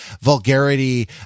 vulgarity